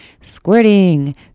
squirting